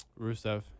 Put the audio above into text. Rusev